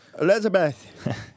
Elizabeth